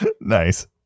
nice